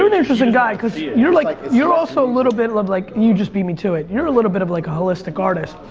um and interesting guy cause yeah you're like, like you're also bit of like you just beat me to it. you're a little bit of like a holistic artist.